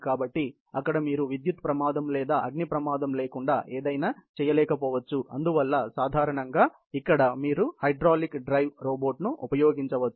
కాబట్టి అక్కడ మీరు విద్యుత్ ప్రమాదం లేదా అగ్ని ప్రమాదం లేకుండా ఏదైనా చేయలేకపోవచ్చు అందువల్ల సాధారణంగా ఇక్కడ మీరు హైడ్రాలిక్ డ్రైవ్ రోబోట్ను ఉపయోగించవచ్చు